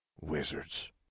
wizards